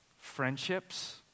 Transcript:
friendships